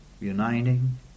Uniting